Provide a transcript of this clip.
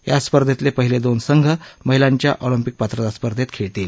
या स्पर्धेतलेही पहिले दोन संघ महिलांच्या ऑलिम्पिक पात्रता स्पर्धेत खेळतील